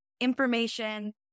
information